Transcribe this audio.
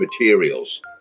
materials